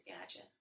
Gadget